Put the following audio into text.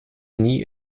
nie